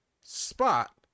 spot